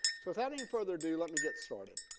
so without any and further ado, let me get started.